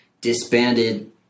disbanded